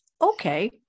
Okay